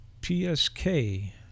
PSK